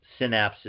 synapses